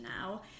now